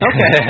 Okay